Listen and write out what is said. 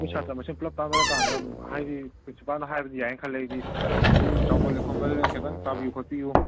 ꯑꯩꯈꯣꯏ ꯁꯥꯠꯇ꯭ꯔ ꯃꯁꯦꯟ ꯄꯨꯂꯞ ꯇꯥꯟꯅꯔꯀꯥꯟꯗ ꯍꯥꯏꯗꯤ ꯄ꯭ꯔꯤꯟꯁꯤꯄꯥꯜꯗ ꯍꯥꯏꯕꯗꯤ ꯌꯥꯏꯅ ꯈꯜꯂꯦ ꯑꯩꯗꯤ ꯍꯥꯏꯗꯤ ꯆꯥꯎꯃꯜꯂꯦ ꯈꯣꯠꯃꯜꯂꯦ ꯈꯤꯇꯪ ꯇꯥꯕꯤꯌꯨ ꯈꯣꯠꯄꯤꯌꯨ